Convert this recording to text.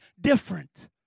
different